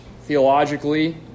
theologically